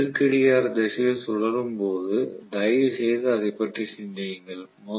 இது எதிர் கடிகார திசையில் சுழலும் போது தயவுசெய்து அதைப் பற்றி சிந்தியுங்கள்